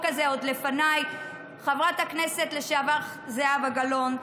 הזה עוד לפניי: לחברת הכנסת לשעבר זהבה גלאון,